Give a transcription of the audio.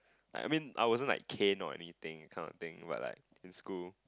like I mean I wasn't like cane or anything that kind of thing but like in school